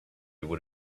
would